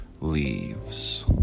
leaves